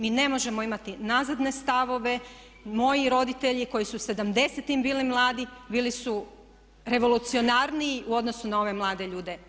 Mi ne možemo imati nazadne stavove, moji roditelji koji su u 70-im bili mladi bili su revolucionarniji u odnosu na ove mlade ljude.